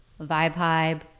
Vibe